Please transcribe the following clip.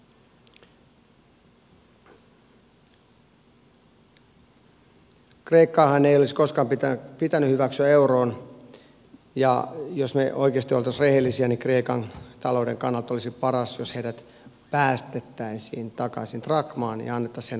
kreikkaahan ei olisi koskaan pitänyt hyväksyä euroon ja jos me oikeasti olisimme rehellisiä niin kreikan talouden kannalta olisi paras jos heidät päästettäisiin takaisin drakmaan ja annettaisiin heidän taloutensa nousta